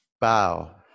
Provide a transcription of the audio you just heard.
bow